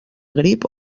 grip